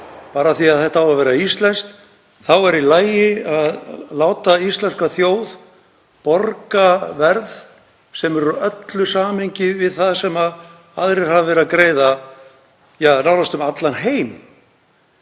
Bara af því að þetta á að vera íslenskt er þá í lagi að láta íslenska þjóð borga verð sem er úr öllu samhengi við það sem aðrir hafa verið að greiða nánast úti um allan heim?